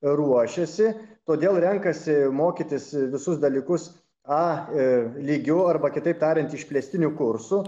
ruošiasi todėl renkasi mokytis visus dalykus a lygiu arba kitaip tariant išplėstiniu kursu